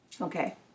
Okay